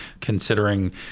considering